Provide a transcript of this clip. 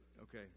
okay